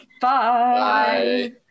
Bye